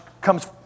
comes